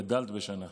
גדלת בשנה.